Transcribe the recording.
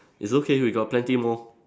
it's okay we got plenty more